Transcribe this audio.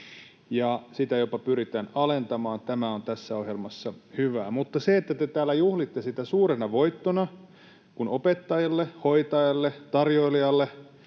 sitä jopa pyritään alentamaan. Tämä on tässä ohjelmassa hyvää. Mutta te täällä juhlitte sitä suurena voittona, kun opettajalle, hoitajalle, tarjoilijalle,